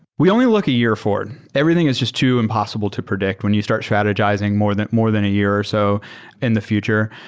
we only look a year forward. everything is just too impossible to predict when you start strategizing more than more than a year or so in the future.